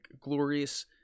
glorious